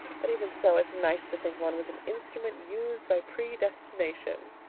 but even so, it's nice to think one was an instrument used by predestination.